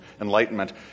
enlightenment